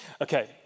Okay